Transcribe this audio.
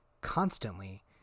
constantly